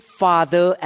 father